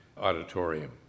auditorium